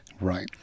Right